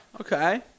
Okay